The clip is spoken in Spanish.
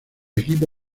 equipo